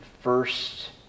first